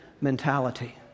mentality